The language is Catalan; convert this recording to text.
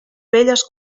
velles